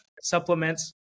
supplements